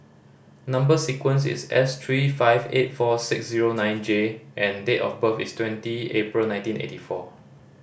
number sequence is S three five eight four six zero nine J and date of birth is twenty April nineteen eighty four